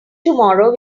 tomorrow